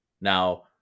Now